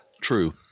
True